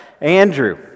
Andrew